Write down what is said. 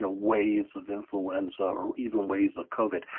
ah waves of influenza or even ways of koven.